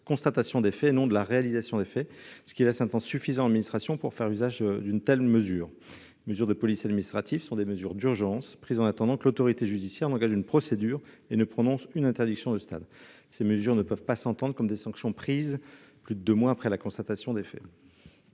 constatation des faits, et non de leur réalisation, ce qui laisse un temps suffisant à l'administration pour faire usage d'une telle mesure. Les mesures de police administrative sont des dispositions d'urgence, prises en attendant que l'autorité judiciaire engage une procédure et prononce une interdiction de stade. Elles ne peuvent pas s'entendre comme des sanctions prises plus de deux mois après la constatation des faits.